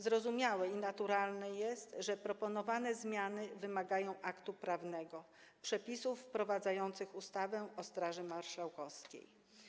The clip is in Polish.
Zrozumiałe i naturalne jest, że proponowane zmiany wymagają aktu prawnego, Przepisów wprowadzających ustawę o Straży Marszałkowskiej.